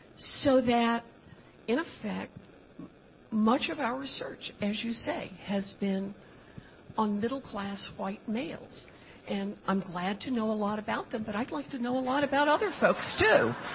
so that in effect much of our research as you say has been on middle-class white males and i'm glad to know a lot about them but i'd like to know a lot about other folks too.